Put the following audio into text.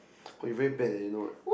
god you very bad leh you know a not